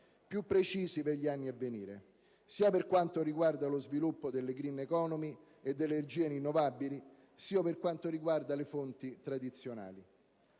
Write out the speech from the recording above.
più precisi per gli anni a venire, sia per quanto riguarda lo sviluppo della *green economy* e delle energie rinnovabili, sia per quanto riguarda le fonti tradizionali.